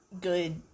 good